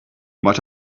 might